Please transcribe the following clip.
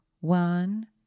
one